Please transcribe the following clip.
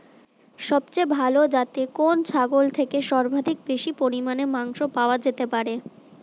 সবচেয়ে ভালো যাতে কোন ছাগল থেকে সর্বাধিক বেশি পরিমাণে মাংস পাওয়া যেতে পারে?